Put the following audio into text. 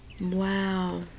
Wow